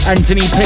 Anthony